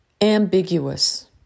ambiguous